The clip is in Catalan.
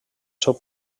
seu